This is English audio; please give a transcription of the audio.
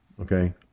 okay